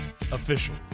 official